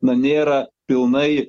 na nėra pilnai